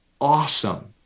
awesome